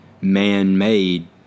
man-made